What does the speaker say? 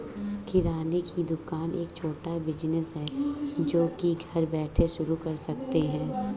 किराने की दुकान एक छोटा बिज़नेस है जो की घर बैठे शुरू कर सकते है